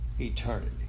eternity